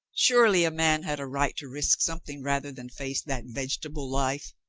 surely a man had a right to risk something rather than face that vegetable life.